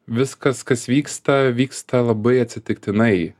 viskas kas vyksta vyksta labai atsitiktinai